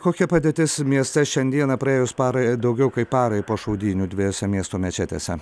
kokia padėtis mieste šiandieną praėjus parai daugiau kaip parai po šaudynių dviejose miesto mečetėse